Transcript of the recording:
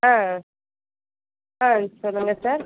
ஆ ஆ சொல்லுங்கள் சார்